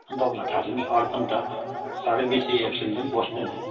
अनि तपाईँलाई थाहा छ नि अर्पण त साह्रै बेसी एब्सेन्ट पनि बस्दैन